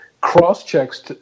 cross-checks